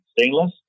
stainless